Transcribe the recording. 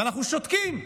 ואנחנו שותקים,